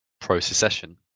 pro-secession